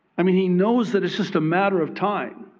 i mean, he knows that it's just a matter of time,